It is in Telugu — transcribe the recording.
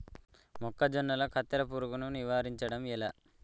మొక్కజొన్నల కత్తెర పురుగుని నివారించడం ఎట్లా?